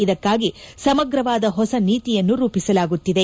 ಇದಕ್ಕಾಗಿ ಸಮಗ್ರವಾದ ಹೊಸ ನೀತಿಯನ್ನು ರೂಪಿಸಲಾಗುತ್ತಿದೆ